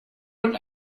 und